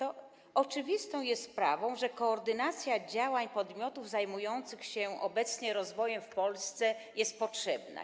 Oczywistą jest sprawą, że koordynacja działań podmiotów zajmujących się obecnie rozwojem w Polsce jest potrzebna.